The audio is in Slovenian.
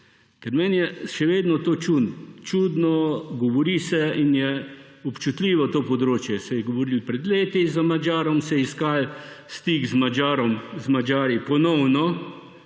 Ker meni je še vedno to čudno. Govori se in je občutljivo to področje. Se je govorilo pred leti z Madžarom, se je iskalo stik z Madžari ponovno,